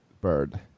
bird